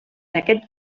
aquests